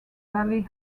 valley